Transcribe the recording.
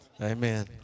Amen